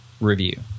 review